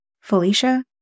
Felicia